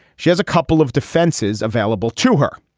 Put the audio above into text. she has a couple of defenses available to her.